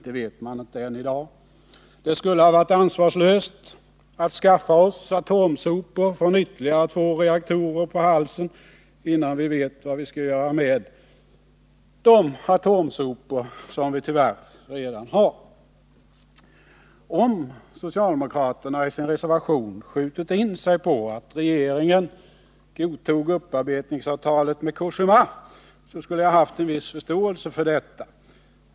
Det vet man inte än. Det skulle ha varit ansvarslöst att skaffa oss atomsopor från ytterligare två reaktorer på halsen, innan vi vet vad vi skall göra med det avfall vi tyvärr redan har. Om socialdemokraterna i sin reservation skjutit in sig på att regeringen godtog upparbetningsavtalet med Cogema, så skulle jag ha haft förståelse för detta.